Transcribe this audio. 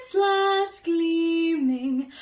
last gleaming.